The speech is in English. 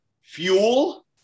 fuel